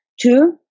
two